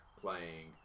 playing